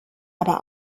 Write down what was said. aber